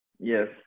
Yes